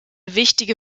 wichtige